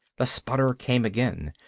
the sputter came again.